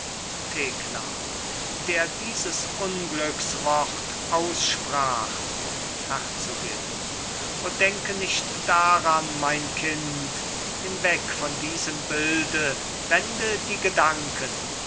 thekla der dieses unglückswort aussprach herzogin o denke nicht daran mein kind hinweg von diesem bilde wende die gedanken